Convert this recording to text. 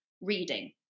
reading